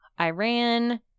Iran